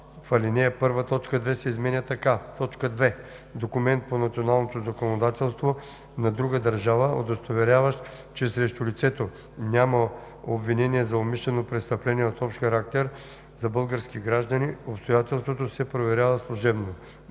в ал. 1 т. 2 се изменя така: „2. документ по националното законодателство на друга държава, удостоверяващ, че срещу лицето няма обвинение за умишлено престъпление от общ характер; за български граждани обстоятелството се проверява служебно;“